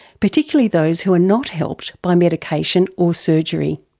particularly those who are not helped by medication or surgery.